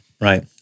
Right